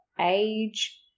age